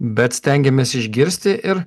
bet stengiamės išgirsti ir